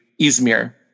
Izmir